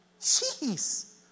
Jeez